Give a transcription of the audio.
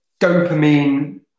dopamine